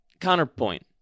counterpoint